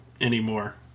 anymore